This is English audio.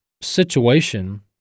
situation